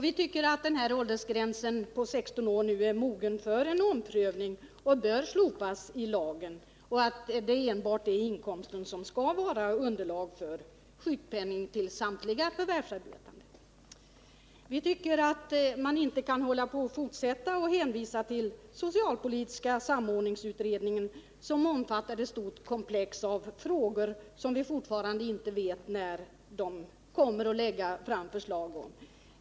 Vi tycker att åldersgränsen på 16 år nu är mogen för en omprövning, att den bör slopas i lagen och att det enbart är inkomsten som skall vara underlag för sjukpenningen till samtliga förvärvsarbetande. Vi tycker att man inte kan fortsätta med att hänvisa till socialpolitiska samordningsutredningen, som behandlar ett stort komplex av frågor — och vi vet ännu inte när utredningen kommer att lägga fram förslag.